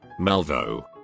Malvo